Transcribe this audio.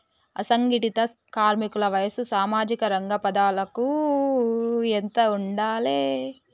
అసంఘటిత కార్మికుల వయసు సామాజిక రంగ పథకాలకు ఎంత ఉండాలే?